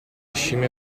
scimmie